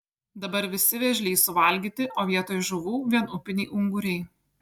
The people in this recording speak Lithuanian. dabar visi vėžliai suvalgyti o vietoj žuvų vien upiniai unguriai